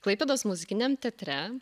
klaipėdos muzikiniam teatre